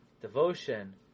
devotion